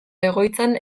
egoitzan